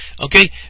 okay